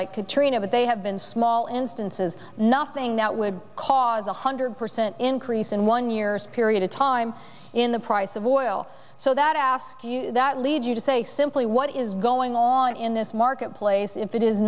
like katrina but they have been small instances nothing that would cause a hundred percent increase in one year's period of time in the price of oil so that i ask you that lead you to say simply what is going on in this marketplace if it is